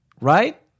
Right